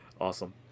Awesome